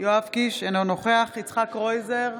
יואב קיש, אינו נוכח יצחק קרויזר,